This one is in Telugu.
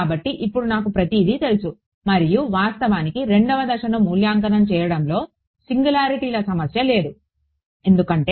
కాబట్టి ఇప్పుడు నాకు ప్రతిదీ తెలుసు మరియు వాస్తవానికి 2వ దశను మూల్యాంకనం చేయడంలో సింగులారిటీల సమస్య లేదు ఎందుకంటే